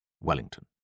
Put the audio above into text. Wellington